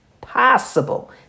possible